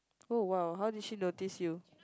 oh !wow! how did she notice you